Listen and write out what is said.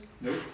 No